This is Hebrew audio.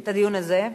את הדיון הזה?